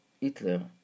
Hitler